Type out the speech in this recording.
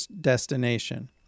destination